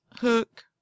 hook